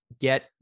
get